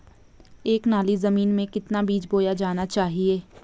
एक नाली जमीन में कितना बीज बोया जाना चाहिए?